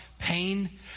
pain